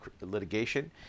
litigation